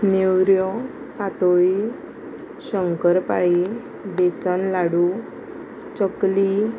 नेवऱ्यो पातोळी शंकर पाळी बेसन लाडू चकली